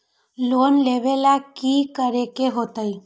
Loan लेवेला की करेके होतई?